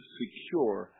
secure